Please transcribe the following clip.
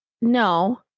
No